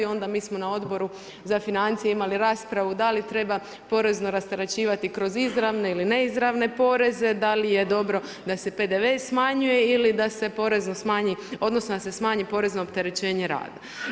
Onda mi smo na Odboru za financije imali raspravu da li treba porezno rasterećivati kroz izravne ili neizravne poreze, da li je dobro da se PDV-e smanjuje ili da se porezom smanji odnosno da se smanji porezno opterećenje rada.